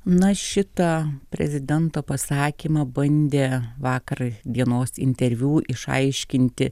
na šitą prezidento pasakymą bandė vakar dienos interviu išaiškinti